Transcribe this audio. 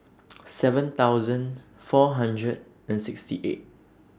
seven thousand four hundred and sixty eight